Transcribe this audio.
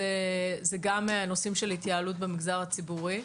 אלו גם נושאים של התייעלות במגזר הציבורי.